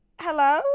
Hello